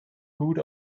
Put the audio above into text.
gut